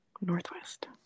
Northwest